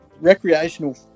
Recreational